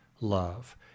love